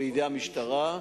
בידי המשטרה,